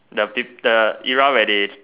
the peop~ the era where they